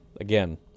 again